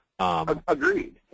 Agreed